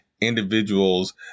individuals